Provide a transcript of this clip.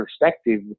perspective